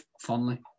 fondly